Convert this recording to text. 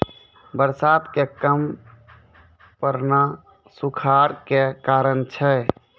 बरसात के कम पड़ना सूखाड़ के कारण छै